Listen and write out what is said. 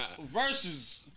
versus